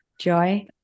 Joy